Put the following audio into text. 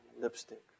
lipstick